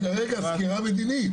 ברגע שיאושר במליאה